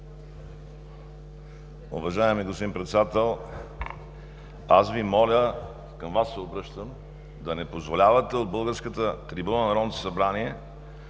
Уважаеми господин Председател, аз Ви моля, към Вас се обръщам, да не позволявате от българската трибуна на Народното събрание